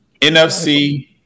NFC